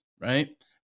right